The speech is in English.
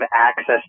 access